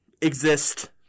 exist